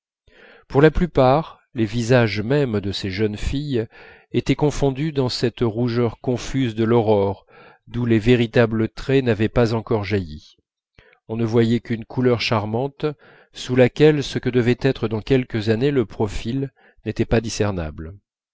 pour la plupart les visages mêmes de ces jeunes filles étaient confondus dans cette rougeur confuse de l'aurore d'où les véritables traits n'avaient pas encore jailli on ne voyait qu'une couleur charmante sous laquelle ce que devait être dans quelques années le profil n'était pas